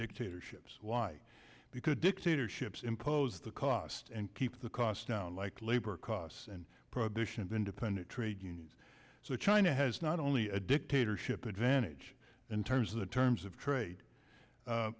dictatorships why because dictatorships impose the cost and keep the costs down like labor costs and prohibition of independent trade unions so china has not only a dictatorship advantage in terms of the terms of trade